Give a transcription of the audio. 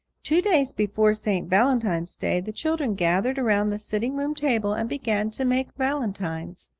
two days before st. valentine's day the children gathered around the sitting-room table and began to make valentines.